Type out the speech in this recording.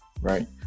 right